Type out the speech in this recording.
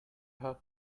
hug